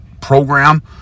program